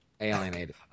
alienated